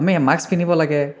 আমি মাস্ক পিন্ধিব লাগে